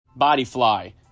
BodyFly